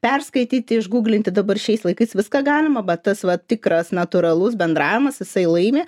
perskaityti išgūglinti dabar šiais laikais viską galima bet tas vat tikras natūralus bendravimas jisai laimi